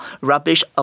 rubbish